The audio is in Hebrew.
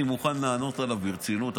אני מוכן לענות עליו ברצינות.